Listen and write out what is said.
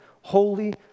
holy